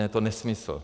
Je to nesmysl.